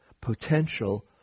potential